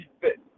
fit